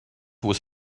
was